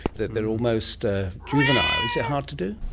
that they're almost ah juvenile. is it hard to do?